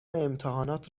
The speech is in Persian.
امتحانات